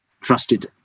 trusted